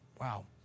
Wow